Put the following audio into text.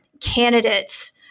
candidates